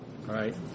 Right